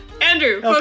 Andrew